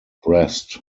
breast